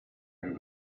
jak